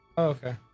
okay